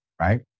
right